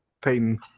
Payton